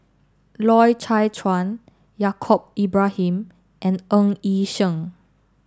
Loy Chye Chuan Yaacob Ibrahim and Ng Yi Sheng